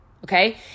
Okay